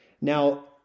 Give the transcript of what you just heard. Now